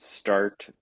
Start